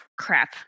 crap